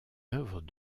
œuvres